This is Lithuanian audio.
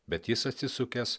bet jis atsisukęs